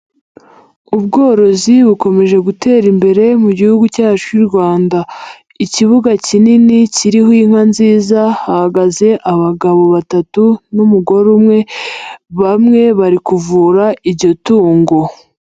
Ubworozi bukomeje gutera imbere mu gihugu cyacu cy'u Rwanda, ikibuga kinini kirimo inka nziza, hahagaze abagabo batatu n'umugore umwe, bamwe bari kuvura iryo tungo.